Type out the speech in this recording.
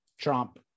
Trump